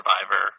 survivor